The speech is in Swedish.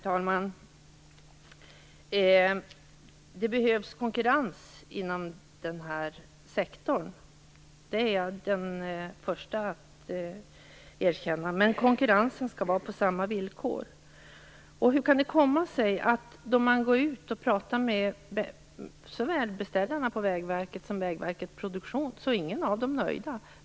Herr talman! Det behövs konkurrens inom den här sektorn - det är jag den första att erkänna. Men konkurrensen skall vara på samma villkor. Hur kan det komma sig att varken beställarna på Vägverket eller Vägverket Produktion är nöjda?